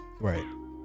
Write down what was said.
right